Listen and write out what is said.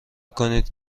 کنید